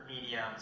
mediums